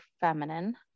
feminine